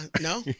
no